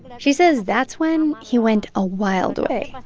she says that's when he went a wild way.